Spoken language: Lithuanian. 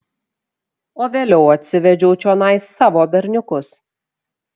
o vėliau atsivedžiau čionai savo berniukus